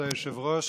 כבוד היושב-ראש,